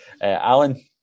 Alan